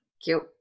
Cute